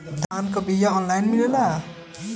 धान के बिया ऑनलाइन मिलेला?